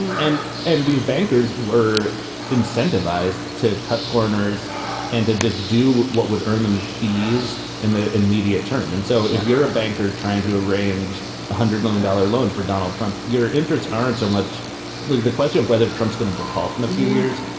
and and these bankers were incentivized to cut corners and to just do what would earn them fees in the immediate term. and so if you're a banker trying to arrange a hundred million dollar loan for donald trump, your interests aren't so much like the question of whether trump's going to default in a few years.